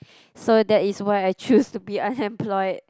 so that is why I choose to be unemployed